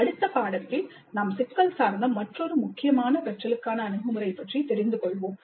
அடுத்த பாடத்தில் நாம் சிக்கல் சார்ந்த மற்றொரு முக்கியமான கற்றலுக்கான அணுகுமுறை பற்றி தெரிந்து கொள்வோம்